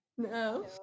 No